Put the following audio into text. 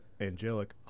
angelic